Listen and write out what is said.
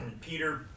Peter